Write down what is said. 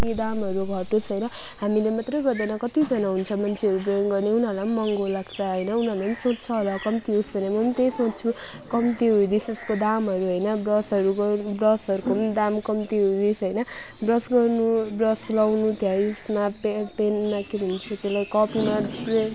कि दामहरू घटोस् होइन हामीले मात्रै गर्दैन कतिजना हुन्छ मान्छेहरू ड्रइङ गर्ने उनीहरूलाई पनि महँगो लाग्छ होइन उनीहरूले पनि सोच्छ होला कम्ती होस् भनेर म पनि त्यही सोच्छु कम्ती होइदियोस् यसको दामहरू होइन ब्रसहरूको ब्रसहरूको पनि दाम कम्ती होओस् होइन ब्रस गर्नु ब्रस लगाउनु त्यसमा पे पेनमा के भन्छ त्यसलाई कपीमा प्रेन